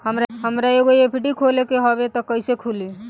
हमरा एगो एफ.डी खोले के हवे त कैसे खुली?